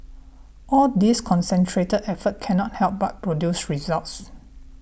all this concentrated effort cannot help but produce results